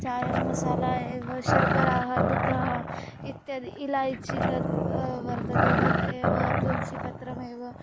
चायं मसाला एव शर्करा दुग्धम् इत्यादि इलायचि तद् वर्तते तदेव तुल्सिपत्रमेव